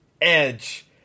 edge